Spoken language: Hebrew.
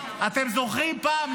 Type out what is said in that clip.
אתם זוכרים שפעם,